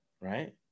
right